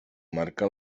marca